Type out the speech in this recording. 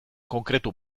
konkretu